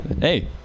Hey